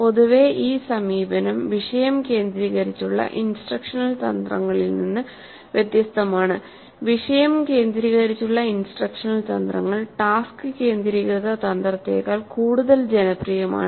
പൊതുവേ ഈ സമീപനം വിഷയം കേന്ദ്രീകരിച്ചുള്ള ഇൻസ്ട്രക്ഷണൽ തന്ത്രങ്ങളിൽ നിന്ന് വ്യത്യസ്തമാണ്വിഷയം കേന്ദ്രീകരിച്ചുള്ള ഇൻസ്ട്രക്ഷണൽ തന്ത്രങ്ങൾ ടാസ്ക് കേന്ദ്രീകൃത തന്ത്രത്തേക്കാൾ കൂടുതൽ ജനപ്രിയമാണ്